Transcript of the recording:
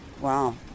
Wow